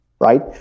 right